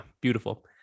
beautiful